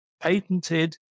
patented